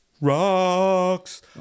Rocks